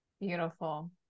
Beautiful